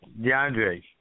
DeAndre